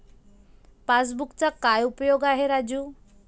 पासबुकचा काय उपयोग आहे राजू?